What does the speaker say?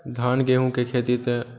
धान गहूमके खेती तऽ